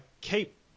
keep